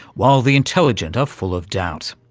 while the intelligent are full of doubt.